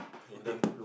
headache